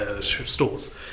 Stores